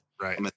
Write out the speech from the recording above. Right